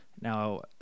now